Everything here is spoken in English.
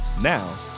Now